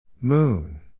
Moon